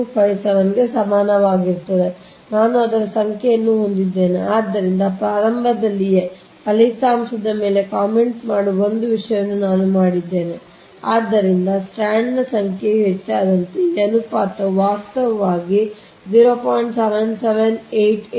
7257 ಗೆ ಸಮಾನವಾಗಿರುತ್ತದೆ ನಾನು ಅದರ ಸಂಖ್ಯೆಯನ್ನು ಹೊಂದಿದ್ದೇನೆ ಆದ್ದರಿಂದ ಪ್ರಾರಂಭದಲ್ಲಿಯೇ ಫಲಿತಾಂಶದ ಮೇಲೆ ಕಾಮೆಂಟ್ ಮಾಡುವ ಒಂದು ವಿಷಯವನ್ನು ನಾನು ಮಾಡಿದ್ದೇನೆ ಆದ್ದರಿಂದ ಸ್ಟ್ರಾಂಡ್ನ ಸಂಖ್ಯೆಯು ಹೆಚ್ಚಾದಂತೆ ಈ ಅನುಪಾತವು ವಾಸ್ತವವಾಗಿ 0